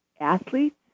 athletes